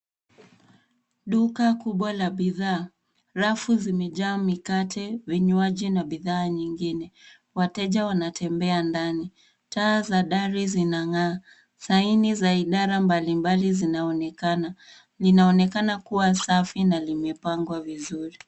Duka kubwa la bidhaa, rafu zimejaa mikate , vinywaji na bidhaa nyingine. Wateja wanatembea ndani , taa za dari zinang'aa , saini na idara mbalimbali zinaonekana . Linaonekana kuwa safi na limepangwa vizuri.